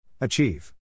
Achieve